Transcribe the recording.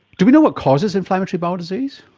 do we know what causes inflammatory bowel disease?